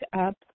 up